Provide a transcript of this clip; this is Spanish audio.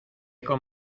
con